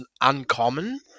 uncommon